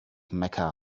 mecca